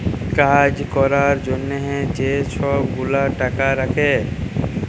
কাজ ক্যরার জ্যনহে যে ছব গুলা টাকা রাখ্যে